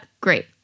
Great